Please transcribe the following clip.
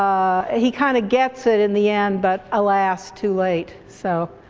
he kind of gets it in the end, but alas, too late, so.